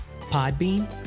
Podbean